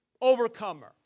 overcomer